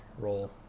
roll